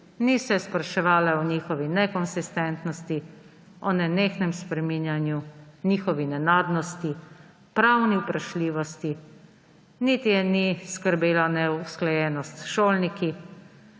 ni se spraševala o njihovi nekonsistentnosti, o nenehnem spreminjanju, njihovi nenadnosti, pravni vprašljivosti, niti je ni skrbela neusklajenost s šolniki,